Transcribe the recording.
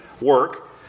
work